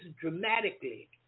dramatically